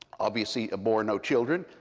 obviously bore no children,